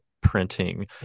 printing